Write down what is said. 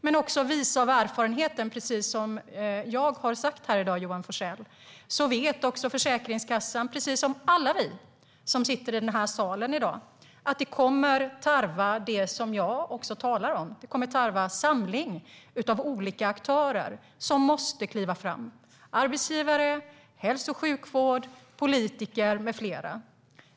Men visa av erfarenheten, precis som jag har sagt här i dag, vet också Försäkringskassan, precis som alla vi som sitter i den här salen i dag vet, att det kommer att tarva det som jag också talar om, det vill säga en samling av olika aktörer som måste kliva fram: arbetsgivare, hälso och sjukvård, politiker med flera.